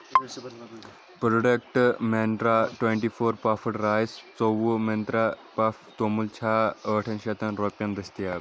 Product Mantra twenty four puffed rice ژوٚوُہ منٛترا پپھ توٚمُل چھا ٲٹھن شیٚتن رۄپیَن دٔستِیاب؟